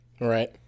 Right